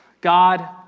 God